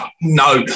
No